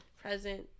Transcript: present